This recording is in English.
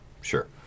Sure